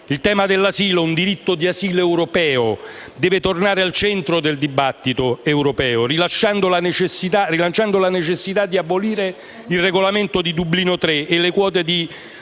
Il tema dell'asilo, un diritto di asilo europeo, deve tornare al centro del dibattito europeo, rilanciando la necessità di abolire il regolamento Dublino III e le quote di